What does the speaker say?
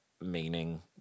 meaning